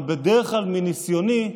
אבל בדרך כלל, מניסיוני,